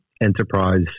enterprise